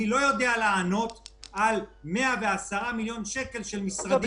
אני לא יודע לענות על 110 מיליון שקל של משרדים אחרים.